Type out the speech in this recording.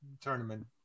tournament